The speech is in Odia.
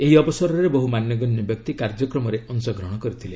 ଏହି ଅବସରରେ ବହୁ ମାନ୍ୟଗଣ୍ୟ ବ୍ୟକ୍ତି କାର୍ଯ୍ୟକ୍ମରେ ଅଂଶଗହଣ କରିଥିଲେ